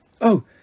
Oh